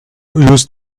used